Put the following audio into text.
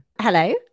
Hello